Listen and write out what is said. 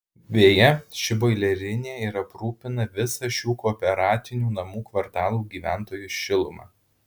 beje ši boilerinė ir aprūpina visą šių kooperatinių namų kvartalų gyventojus šiluma